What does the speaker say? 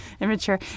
immature